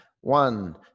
One